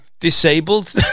disabled